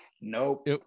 Nope